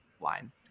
line